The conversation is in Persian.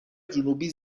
جنوبی